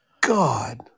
God